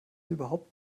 überhaupt